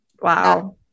Wow